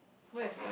where